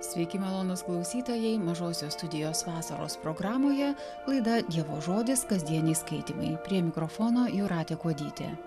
sveiki malonūs klausytojai mažosios studijos vasaros programoje laida dievo žodis kasdieniai skaitymai prie mikrofono jūratė kuodytė